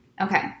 Okay